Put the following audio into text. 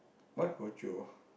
why bojio